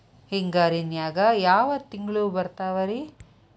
ಹಿಂಗಾರಿನ್ಯಾಗ ಯಾವ ತಿಂಗ್ಳು ಬರ್ತಾವ ರಿ?